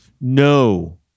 No